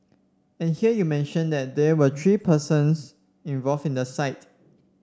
and here you mention that there were three persons involved in the site